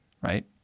Right